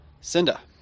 Cinda